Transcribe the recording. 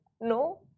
no